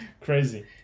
crazy